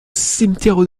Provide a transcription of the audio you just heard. cimetière